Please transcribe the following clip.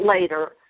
later